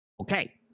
Okay